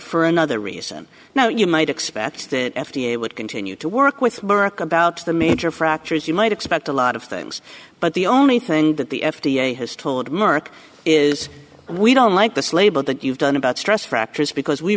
for another reason now you might expect that f d a would continue to work with merck about the major fractures you might expect a lot of things but the only thing that the f d a has told merck is we don't like this label that you've done about stress fractures because we